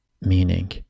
meaning